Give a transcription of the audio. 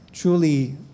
Truly